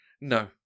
No